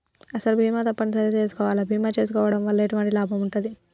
అసలు బీమా తప్పని సరి చేసుకోవాలా? బీమా చేసుకోవడం వల్ల ఎటువంటి లాభం ఉంటది?